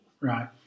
Right